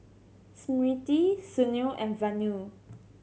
Smriti Sunil and Vanu